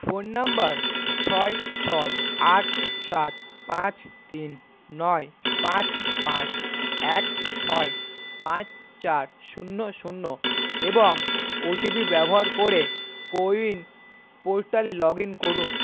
phone number ছয় ছয় আট সাত পাঁচ তিন নয় পাঁচ পাঁচ এক ছয় পাঁচ চার শূন্য শূন্য এবং ওটিপি ব্যবহার করে কোউইন পোর্টালে লগ ইন করুন